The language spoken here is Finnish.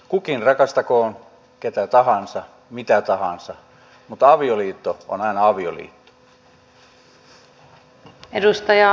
kukin rakastakoon ketä tahansa mitä tahansa mutta avioliitto on aina avioliitto